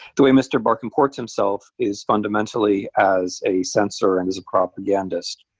the way mr. barr comports himself is fundamentally as a censor and as a propagandist.